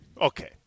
Okay